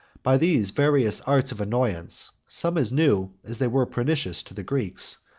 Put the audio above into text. by these various arts of annoyance, some as new as they were pernicious to the greeks,